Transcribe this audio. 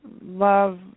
love